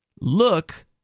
look